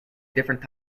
different